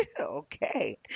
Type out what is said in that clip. Okay